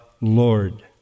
Lord